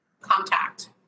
contact